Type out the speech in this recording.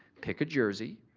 pick a jersey,